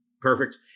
Perfect